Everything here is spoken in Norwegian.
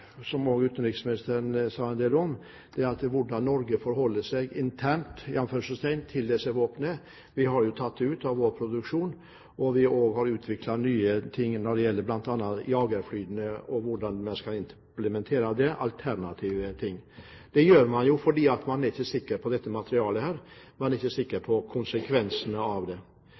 Utenriksministeren sa en del om hvordan Norge forholder seg «internt» til disse våpnene. Vi har tatt dem ut av vår produksjon, og vi har utviklet nye ting bl.a. for jagerflyene og hvordan man skal implementere dem, alternative ting. Det gjør man fordi man ikke er sikker på dette materialet. Man er ikke sikker på konsekvensen av det.